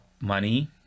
money